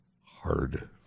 hard